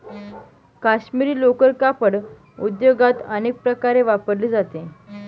काश्मिरी लोकर कापड उद्योगात अनेक प्रकारे वापरली जाते